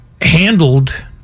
handled